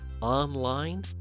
online